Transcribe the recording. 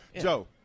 Joe